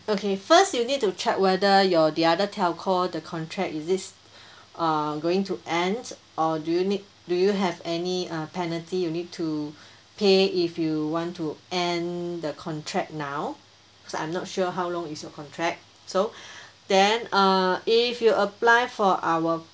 okay first you need to check whether your the other telco the contract is this uh going to ends or do you need do you have any uh penalty you need to pay if you want to end the contract now cause I'm not sure how long is your contract so then uh if you apply for our